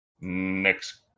Next